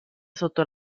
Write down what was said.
sotto